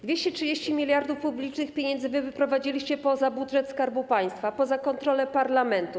230 mld publicznych pieniędzy wyprowadziliście poza budżet państwa, poza kontrolę parlamentu.